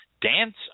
dance